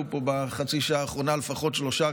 בחצי שעה האחרונה עלו לפחות שלושה